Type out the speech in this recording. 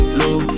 low